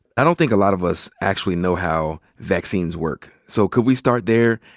i don't think a lot of us actually know how vaccines work. so could we start there?